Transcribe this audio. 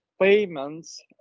payments